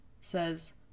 says